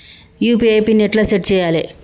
UPI PIN ఎట్లా set చేయాలే?